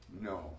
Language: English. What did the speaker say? No